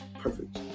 Perfect